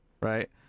right